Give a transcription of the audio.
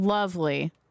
Lovely